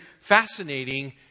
fascinating